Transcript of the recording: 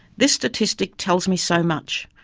this statistic tells me so much.